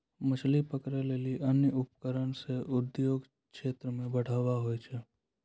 मछली पकड़ै लेली अन्य उपकरण से उद्योग क्षेत्र मे बढ़ावा हुवै छै